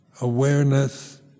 Awareness